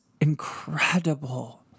incredible